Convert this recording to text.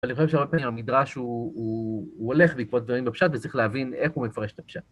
אני חושב שהרבה פעמים, המדרש הוא הולך בעקבות דברים בפשט וצריך להבין איך הוא מפרש את הפשט.